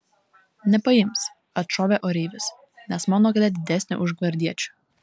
nepaims atšovė oreivis nes mano galia didesnė už gvardiečių